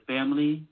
Family